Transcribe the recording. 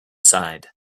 side